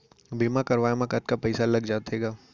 बीमा करवाए म कतका पइसा लग जाथे गा?